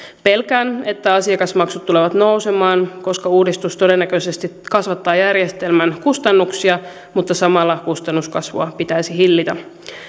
pelkään että asiakasmaksut tulevat nousemaan koska uudistus todennäköisesti kasvattaa järjestelmän kustannuksia mutta samalla kustannuskasvua pitäisi hillitä